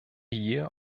hier